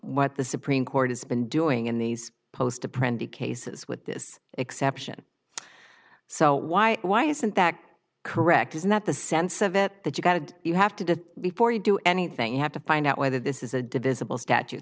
what the supreme court has been doing in these post to print be cases with this exception so why why isn't that correct isn't that the sense of it that you got and you have to do before you do anything you have to find out whether this is a divisible statute